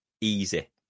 easy